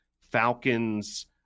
Falcons